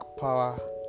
Power